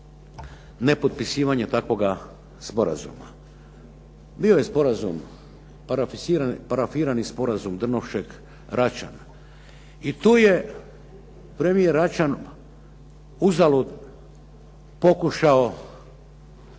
nepotpisivanja takvoga sporazuma. Bio je sporazum parafiran Drnovšek-Račan i tu je prvi Račan uzalud pokušao